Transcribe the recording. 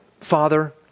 Father